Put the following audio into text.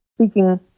speaking